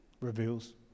reveals